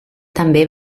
també